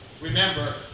Remember